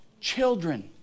children